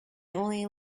only